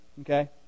okay